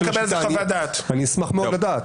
אני אגיד